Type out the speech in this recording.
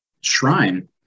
shrine